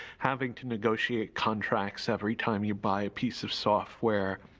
having to negotiate contracts every time you buy a piece of software,